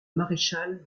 maréchal